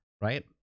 right